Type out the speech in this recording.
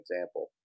example